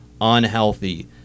unhealthy